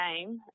game